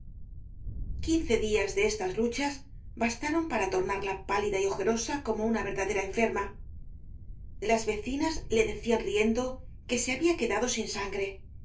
quince días de estas luchas bastaron para tornarla pálida y ojerosa como una verdadera enferma las vecinas le decían riendo que se había quedado sin sangre